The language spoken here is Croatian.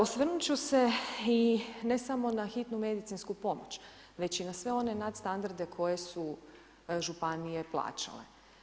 Osvrnut ću se i ne samo na hitnu medicinsku pomoć već i na sve one nadstandarde koje su županije plaćale.